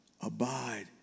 Abide